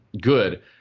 good